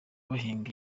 bahinga